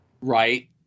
Right